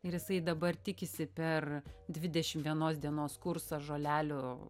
ir jisai dabar tikisi per dvidešimt vienos dienos kursą žolelių